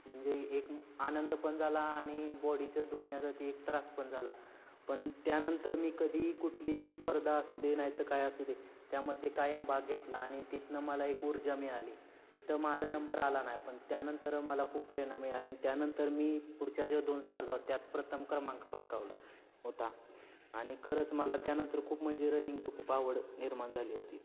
म्हणजे एक आनंद पण झाला आणि बॉडीचं दुखण्याचा ती एक त्रास पण झाला पण त्यानंतर मी कधीही कुठली स्पर्धा असू दे नाही तर काय असू दे त्यामध्ये कायम भाग घेतला आणि तिथूनं मला एक ऊर्जा मिळाली तिथं माझा नंबर आला नाही पण त्यानंतर मला खूप प्रेरणा मिळाली आणि त्यानंतर मी पुढच्या ज्या दोन स्पर्धा होत्या त्यात प्रथम क्रमांक पटकावला होता आणि खरंच मला त्यानंतर खूप म्हणजे रनिंगचं खूप आवड निर्माण झाली होती